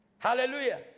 Hallelujah